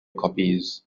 copies